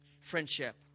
friendship